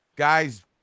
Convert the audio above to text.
Guys